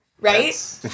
right